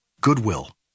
Goodwill